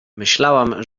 myślałam